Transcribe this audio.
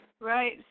Right